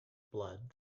blood